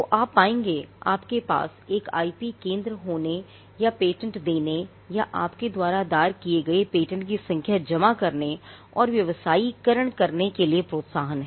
तो आप पाएंगे कि आपके पास एक IP केंद्र होने या पेटेंट देने या आपके द्वारा दायर किए गए पेटेंट की संख्या जमा करने और व्यावसायीकरण करने के लिए एक प्रोत्साहन है